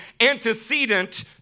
antecedent